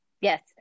yes